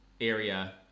area